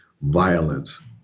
violence